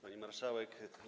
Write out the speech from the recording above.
Pani Marszałek!